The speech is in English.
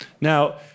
Now